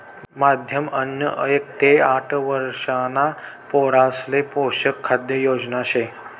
माध्यम अन्न एक ते आठ वरिषणा पोरासले पोषक खाद्य योजना शे